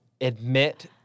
admit